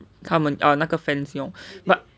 他们 ah 那个 fans 用 but